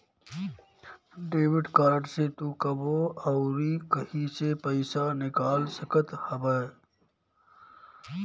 debit card से तू कबो अउरी कहीं से पईसा निकाल सकत हवअ